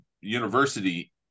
University